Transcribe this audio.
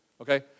okay